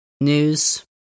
news